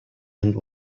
and